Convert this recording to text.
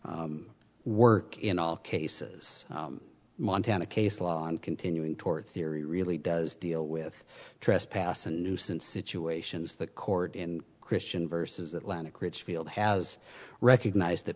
work in all cases montana case law and continuing tort theory really does deal with trespass and nuisance situations the court in christian versus atlantic richfield has recognized that